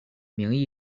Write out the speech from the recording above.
名义